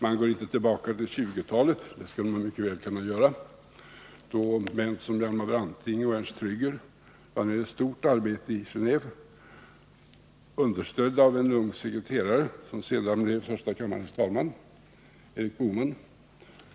Man går inte tillbaka till 1920-talet — det skulle man mycket väl ha kunnat göra — då män som Hjalmar Branting och Ernst Trygger lade ned ett stort arbete i Geneve, understödda av en ung sekreterare som senare blev första kammarens talman, Erik Boheman.